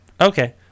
Okay